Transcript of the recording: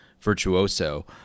virtuoso